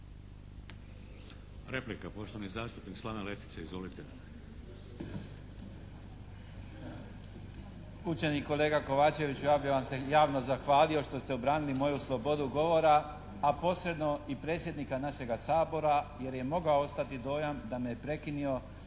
Cijenjeni kolega Kovačeviću! Ja bi vam se javno zahvalio što se obranili moju slobodu govora pa posebno i predsjednika našega Sabora jer je mogao ostati dojam da me je prekinio